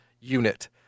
unit